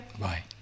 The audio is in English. Bye